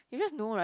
you just know right